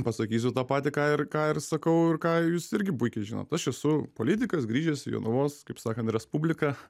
pasakysiu tą patį ką ir ką ir sakau ir ką jūs irgi puikiai žinot aš esu politikas grįžęs į jonavos kaip sakant respubliką